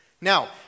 Now